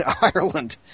Ireland